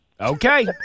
Okay